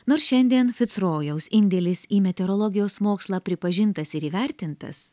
nors šiandien fitsrojaus indėlis į meteorologijos mokslą pripažintas ir įvertintas